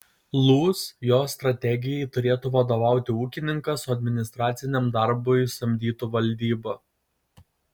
lūs jos strategijai turėtų vadovauti ūkininkas o administraciniam darbui samdytų valdybą